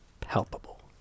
palpable